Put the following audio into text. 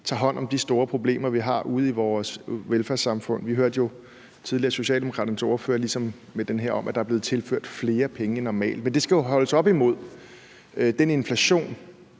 tager hånd om de store problemer, vi har ude i vores velfærdssamfund. Vi hørte jo tidligere Socialdemokraternes ordfører ligesom minde om, at der er blevet tilført flere penge end normalt. Men det skal jo holdes op imod den inflation,